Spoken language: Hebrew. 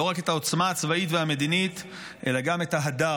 לא רק את העוצמה הצבאית והמדינית, אלא גם את ההדר.